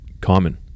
common